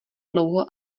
dlouho